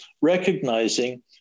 recognizing